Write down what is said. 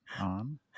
on